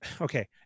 Okay